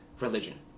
religion